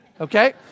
okay